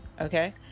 okay